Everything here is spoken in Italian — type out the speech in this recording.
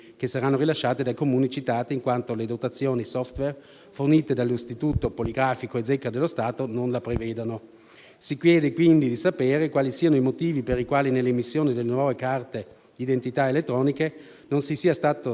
che saranno rilasciate dai Comuni citati in quanto le dotazioni *software* fornite dall'Istituto poligrafico e zecca dello Stato non la prevedono. Si chiede, quindi, di sapere quali siano i motivi per i quali nell'emissione delle nuove carte d'identità elettroniche non si sia tenuto